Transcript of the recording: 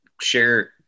share